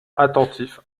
attentifs